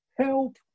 help